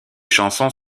chansons